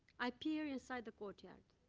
i peer inside the courtyard.